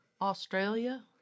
Australia